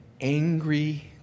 Angry